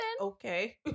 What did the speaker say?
okay